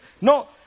No